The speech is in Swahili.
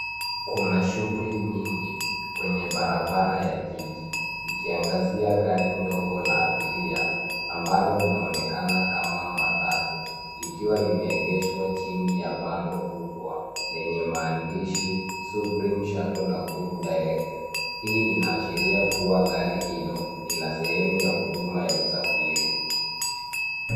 Kuna shughuli nyingi kwenye barabara ya jiji, ikiangazia gari ndogo la abiria, ambalo linaonekana kama matatu, likiwa limeegeshwa chini ya bango kubwa lenye maandishi Supreme Shuttle Nakuru Direct . Hii inaashiria kuwa gari hilo ni la sehemu ya huduma ya usafiri.